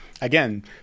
Again